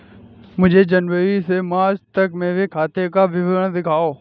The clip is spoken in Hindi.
मुझे जनवरी से मार्च तक मेरे खाते का विवरण दिखाओ?